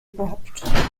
überhaupt